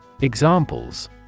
Examples